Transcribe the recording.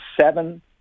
seven